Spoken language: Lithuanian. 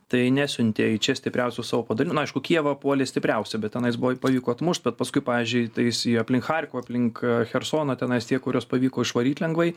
tai nesiuntė į čia stipriausių savo padalinių nu aišku kijevą puolė stipriausi bet tenais buvo pavyko atmušt bet paskui pavyzdžiui tais jie aplink charkovą aplink chersoną tenais tie kuriuos pavyko išvaryt lengvai